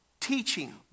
teaching